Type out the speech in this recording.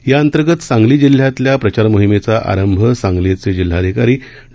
याअंतर्गत सांगली जिल्ह्यातल्या प्रचार मोहिमेचा आरंभ सांगलीचे जिल्हाधिकारी डॉ